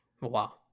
Wow